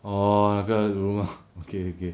orh 那个 rumour okay okay